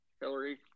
Hillary